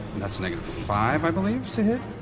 that's negative five, i believe, to hit.